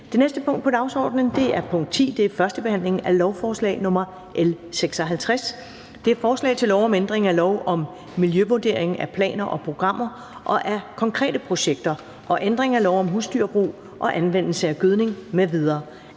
Det næste punkt på dagsordenen er: 10) 1. behandling af lovforslag nr. L 56: Forslag til lov om ændring af lov om miljøvurdering af planer og programmer og af konkrete projekter (VVM) og ændring af lov om husdyrbrug og anvendelse af gødning m.v.